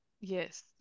Yes